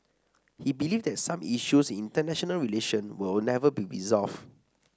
he believed that some issues in international relation would never be resolved